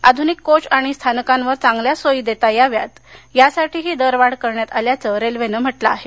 आधुनिक कोच आणि स्थानकांवर चांगल्या सोयी देता याव्यात यासाठी ही दरवाढ करण्यात आल्याचं रेल्वेनं म्हटलं आहे